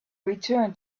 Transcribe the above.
return